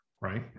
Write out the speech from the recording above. right